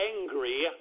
angry